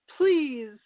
please